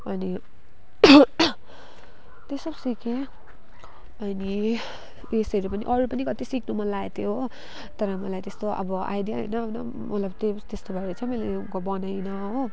अनि त्यो सब सिकेँ अनि उयेसहरू पनि अरू पनि कति सिक्नु मन लागेको थियो हो तर मलाई त्यस्तो अब आइडिया आएन होइन मतलब त्यो त्यस्तो भएर चाहिँ मैले बनाइन हो